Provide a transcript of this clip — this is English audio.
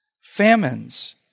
Famines